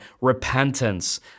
repentance